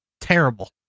Terrible